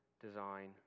design